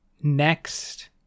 next